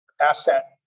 asset